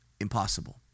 Impossible